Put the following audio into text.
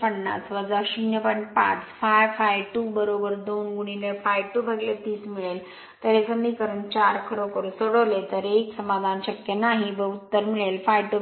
5 ∅∅ 2 2 ∅2 30 मिळेल तर हे समीकरण 4 खरोखर सोडवले तर १ समाधान शक्य नाही व उत्तर मिळेल ∅ 2